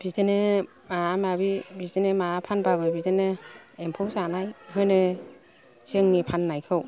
बिदिनो माबा माबि बिदिनो माबा फानबाबो बिदिनो एम्फौ जानाय होनो जोंनि फाननायखौ